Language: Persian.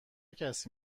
کسی